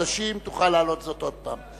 הקצאה שוויונית לאוכלוסייה הערבית),